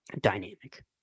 dynamic